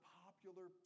popular